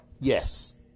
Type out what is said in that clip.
yes